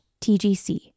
tgc